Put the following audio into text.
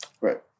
Right